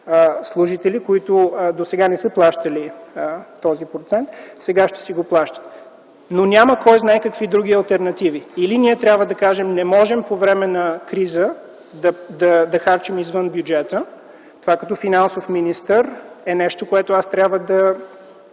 служители, които досега не са плащали този процент, сега ще си го плащат, но няма кой знае какви други алтернативи. Или ние трябва да кажем, че не можем по време на криза да харчим извън бюджета – това като финансов министър е нещо, на което аз трябва да